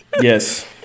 Yes